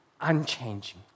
unchanging